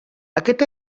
aquest